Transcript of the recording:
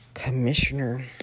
Commissioner